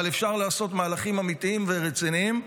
אבל אפשר לעשות מהלכים אמיתיים ורציניים.